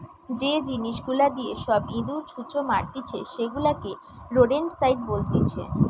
যে জিনিস গুলা দিয়ে সব ইঁদুর, ছুঁচো মারতিছে সেগুলাকে রোডেন্টসাইড বলতিছে